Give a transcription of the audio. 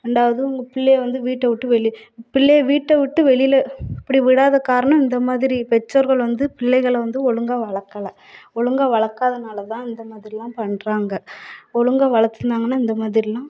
ரெண்டாவது உங்கள் பிள்ளையை வந்து வீட்டவிட்டு வெளியே பிள்ளையை வீட்டை விட்டு வெளியில் இப்படி விடாத காரணம் இந்த மாதிரி பெற்றோர்கள் வந்து பிள்ளைகளை வந்து ஒழுங்கா வளர்க்கல ஒழுங்கா வளர்க்காதனால தான் இந்த மாதிரியெலாம் பண்ணுறாங்க ஒழுங்கா வளத்திருந்தாங்கனா இந்த மாதிரியெலாம்